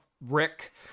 Rick